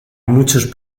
muchos